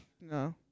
no